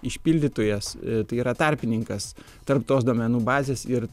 išpildytojas tai yra tarpininkas tarp tos duomenų bazės ir